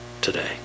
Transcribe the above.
Today